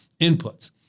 Inputs